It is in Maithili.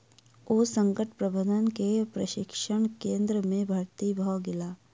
ओ संकट प्रबंधन के प्रशिक्षण केंद्र में भर्ती भ गेला